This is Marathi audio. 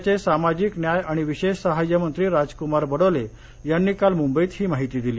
राज्याचे सामाजिक न्याय आणि विशेष सहाय्य मंत्री राजकुमार बडोले यांनी काल मुंबईत ही माहिती दिली